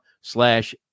Slash